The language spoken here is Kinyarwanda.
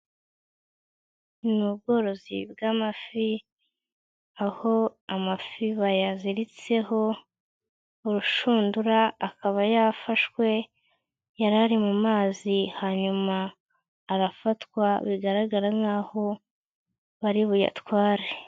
Ni ubworozi bw'amafi aho amafi bayaziritseho urushundura akaba yafashwe, yari ari mu mazi hanyuma arafatwa bigaragara nkaho bari buyatware